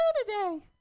today